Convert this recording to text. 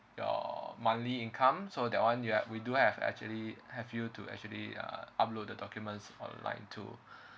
your monthly income so that one you've we do have actually have you to actually uh upload the documents online too